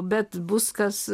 bet bus kas